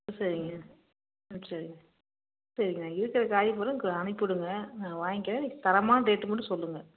ம் சரிங்க ம் சரிங்க சரிங்க இருக்கிற காய் பூரா க அனுப்பி விடுங்க நான் வாங்கிக்கறேன் நீங்க தரமான ரேட்டு மட்டும் சொல்லுங்கள்